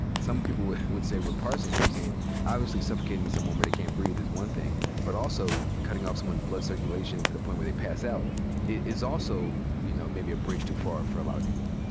some people would say we're parsing here, saying obviously suffocating someone where they can't breathe is one thing, but also cutting off someone's blood circulation to the point where they pass out is also, you know, maybe a bridge too far for a lot of people.